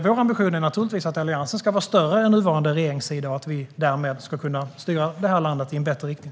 Vår ambition är naturligtvis att Alliansen ska vara större än nuvarande regeringssida och att vi därmed ska kunna styra det här landet i en bättre riktning.